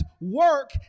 work